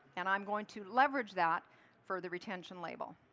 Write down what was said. and i'm going to leverage that for the retention label.